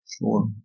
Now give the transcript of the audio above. Sure